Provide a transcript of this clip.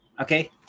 Okay